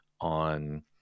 on